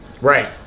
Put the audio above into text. Right